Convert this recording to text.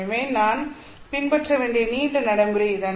எனவே நான் பின்பற்ற வேண்டிய நீண்ட நடைமுறை இதுதான்